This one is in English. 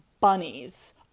bunnies